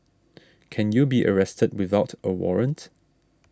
can you be arrested without a warrant